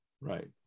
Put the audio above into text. Right